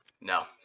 No